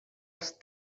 els